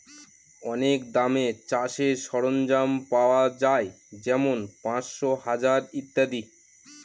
অনেক দামে চাষের সরঞ্জাম পাওয়া যাই যেমন পাঁচশো, হাজার ইত্যাদি